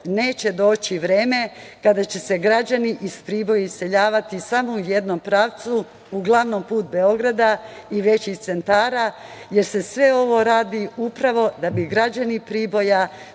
neće doći vreme kada će se građani iz Priboja iseljavati samo u jednom pravcu, uglavnom put Beograda i većih centara, jer se sve ovo radi upravo da bi građani Priboja,